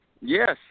Yes